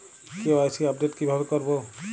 KYC update কিভাবে করবো?